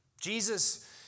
Jesus